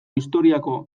historiako